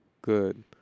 good